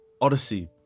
Odyssey